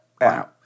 Wow